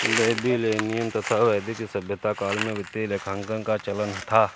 Babylonian तथा वैदिक सभ्यता काल में वित्तीय लेखांकन का चलन था